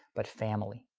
but family.